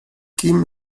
kim